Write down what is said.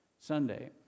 Sunday